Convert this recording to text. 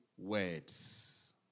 Words